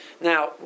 Now